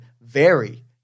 vary